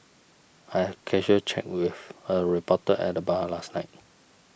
I had casual chat with a reporter at the bar last night